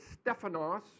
stephanos